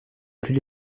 plus